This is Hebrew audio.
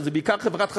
שזה בעיקר חברת חשמל,